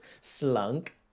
slunk